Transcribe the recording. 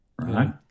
right